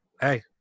hey